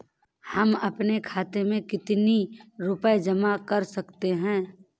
हम अपने खाते में कितनी रूपए जमा कर सकते हैं?